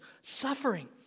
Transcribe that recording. Suffering